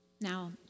Now